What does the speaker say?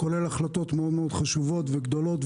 כולל החלטות מאוד חשובות וגדולות,